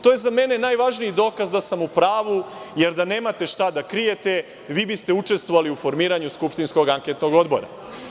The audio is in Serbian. To je za mene najvažniji dokaz da sam u pravu, jer da nemate šta da krijete vi biste učestvovali u formiranju skupštinskog anketnog odbora.